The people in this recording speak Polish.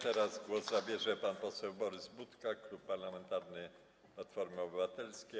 Teraz głos zabierze pan poseł Borys Budka, Klub Parlamentarny Platforma Obywatelska.